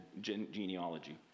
genealogy